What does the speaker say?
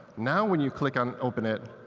now when you click on open it.